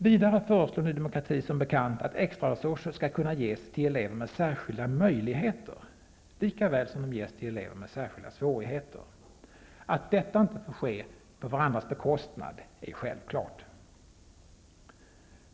Vidare föreslår Ny demokrati som bekant att extraresurser skall kunna ges till elever med särskilda möjligheter, lika väl som de ges till elever med särskilda svårigheter. Att detta inte får ske på varandras bekostnad är självklart.